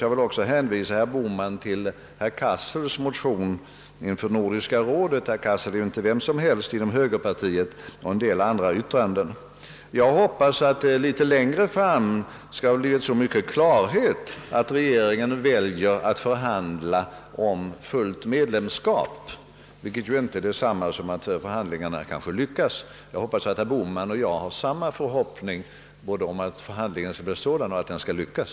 Jag vill också hänvisa herr Bohman till herr Cassels motion i Nordiska rådet — herr Cassel är ju inte vem som helst inom högerpartiet — och till en del andra yttranden. Jag hoppas att det litet längre fram skall ha skapats sådan klarhet att regeringen väljer att förhandla om fullt médlemskap i EEC. Det är naturligtvis inte detsamma som att förhandlingarna skall lyckas, men jag förutsätter att herr Bohman och jag hyser samma förhoppning både om att förhandlingarna skall bli av den arten och att de skall lyckas.